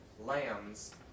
lambs